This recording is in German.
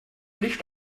licht